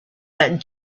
that